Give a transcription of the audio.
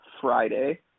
Friday